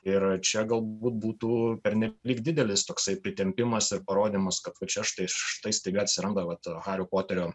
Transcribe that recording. ir čia galbūt būtų pernelyg didelis toksai pritempimas ir parodymas kad va čia štai štai staiga atsiranda vat hario poterio